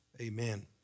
Amen